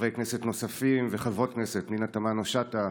חברי כנסת נוספים וחברות כנסת: פנינה תמנו-שטה,